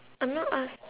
I'm not ask